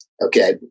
okay